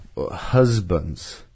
husbands